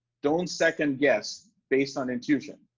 don't second guess based on intuition,